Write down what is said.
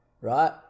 right